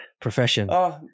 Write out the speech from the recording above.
profession